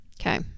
Okay